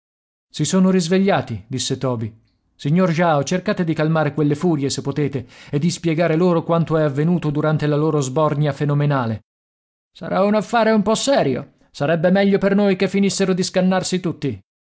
si sono risvegliati disse toby signor jao cercate di calmare quelle furie se potete e di spiegare loro quanto è avvenuto durante la loro sbornia fenomenale sarà un affare un po serio sarebbe meglio per noi che finissero di scannarsi tutti